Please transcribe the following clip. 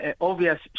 obvious